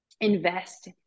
invest